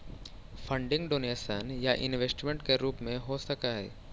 funding donation या investment के रूप में हो सकऽ हई